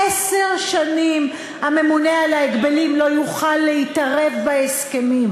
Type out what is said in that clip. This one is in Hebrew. עשר שנים הממונה על ההגבלים לא יוכל להתערב בהסכמים.